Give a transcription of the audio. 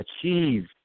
achieve